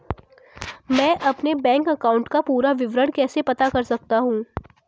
मैं अपने bank account का पूरा विवरण कैसे पता कर सकता हूँ?